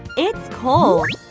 it's cold.